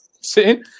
See